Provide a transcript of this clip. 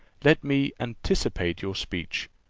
let me anticipate your speech,